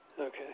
Okay